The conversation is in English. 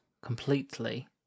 completely